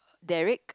Derrick